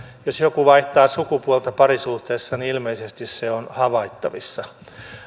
jos joku vaihtaa sukupuolta parisuhteessa niin ilmeisesti se on havaittavissa